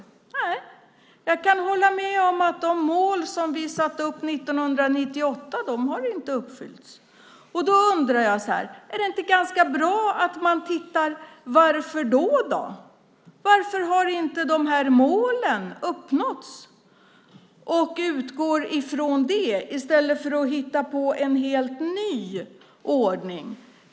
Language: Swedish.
Nej, jag kan hålla med om att de mål som vi satte upp 1998 inte har uppfyllts. Jag undrar: Är det inte ganska bra om man då tittar på varför det är så? Varför har inte målen uppnåtts? Man borde utgå från det i stället för att hitta på en helt ny ordning.